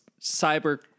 Cyber